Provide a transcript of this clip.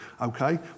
okay